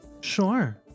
Sure